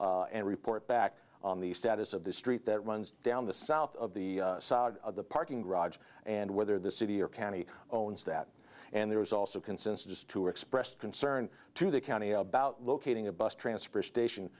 and report back on the status of the street that runs down the south of the parking garage and whether the city or county owns that and there was also consensus to expressed concern to the county about locating a bus transfer station